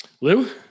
Lou